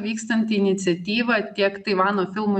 vykstanti iniciatyva tiek taivano filmų